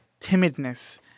timidness